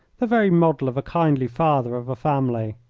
the very model of a kindly father of a family.